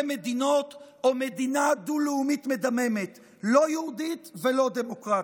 מדינות או מדינה דו-לאומית מדממת לא יהודית ולא דמוקרטית.